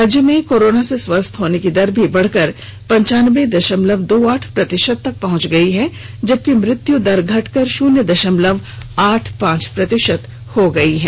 राज्य में कोरोना से स्वस्थ होने की दर भी बढ़कर पंचान्बे दशमलव दो आठ प्रतिशत तक पहंच गई है जबकि मृत्यू दर घटकर शुन्य दशमलव आठ पांच प्रतिशत हो गई है